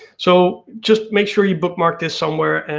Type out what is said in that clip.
so just make sure you bookmark this somewhere, and